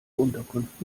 unterkunft